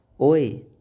oi